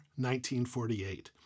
1948